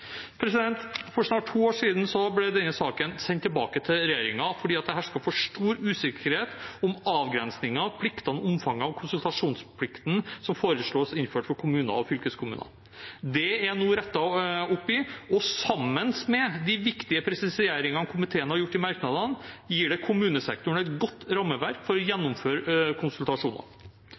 For snart to år siden ble denne saken sendt tilbake til regjeringen fordi det hersket for stor usikkerhet om avgrensningen, pliktene og omfanget av konsultasjonsplikten som foreslås innført for kommuner og fylkeskommuner. Det er det nå rettet opp i, og sammen med de viktige presiseringene komiteen har gjort i merknadene, gir det kommunesektoren et godt rammeverk for å gjennomføre konsultasjoner.